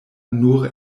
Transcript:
nur